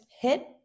hit